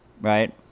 Right